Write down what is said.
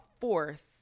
force